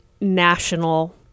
national